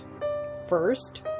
First